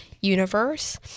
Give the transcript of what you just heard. universe